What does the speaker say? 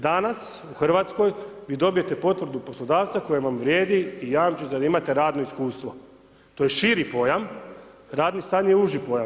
Danas u Hrvatskoj vi dobijete potvrdu poslodavca koja vam vrijedi i jamči da imate radno iskustvo, to je širi pojam, radni staž je uži pojam.